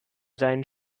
seinen